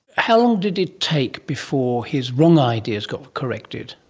how long did it take before his wrong ideas got corrected?